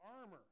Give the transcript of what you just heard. armor